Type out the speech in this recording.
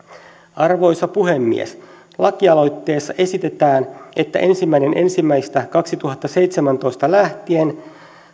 arvoisa puhemies lakialoitteessa esitetään että ensimmäinen ensimmäistä kaksituhattaseitsemäntoista lähtien